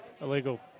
illegal